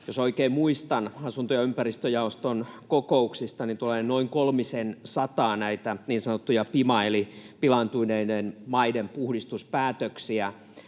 jos oikein muistan — asunto- ja ympäristöjaoston kokouksista noin kolmisensataa näitä niin sanottuja PIMA- eli pilaantuneiden maiden puhdistuspäätöksiä,